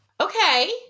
Okay